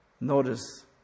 Notice